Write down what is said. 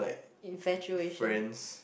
infatuation